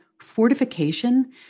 fortification